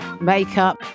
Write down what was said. makeup